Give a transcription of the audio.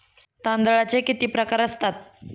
तांदळाचे किती प्रकार असतात?